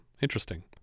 interesting